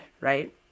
right